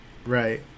right